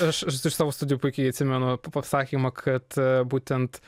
aš iš savo studijų puikiai atsimenu pasakymą kad būtent